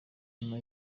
nyuma